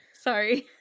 sorry